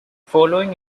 following